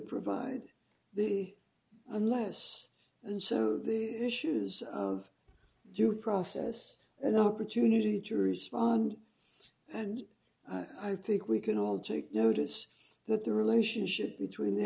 provide the unless and so the issues of due process an opportunity to respond and i think we can all take notice that the relationship between the